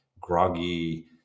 groggy